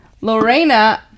lorena